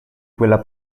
quella